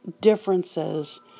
differences